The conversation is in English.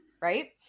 right